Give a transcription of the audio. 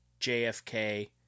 JFK